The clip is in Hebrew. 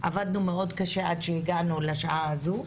עבדנו מאוד קשה עד שהגענו לשעה הזו,